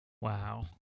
Wow